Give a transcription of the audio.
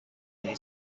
very